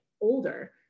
older